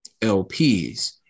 LPs